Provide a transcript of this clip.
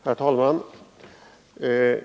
Herr talman!